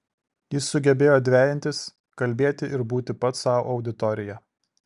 jis sugebėjo dvejintis kalbėti ir būti pats sau auditorija